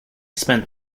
spent